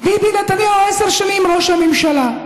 ביבי נתניהו עשר שנים ראש הממשלה.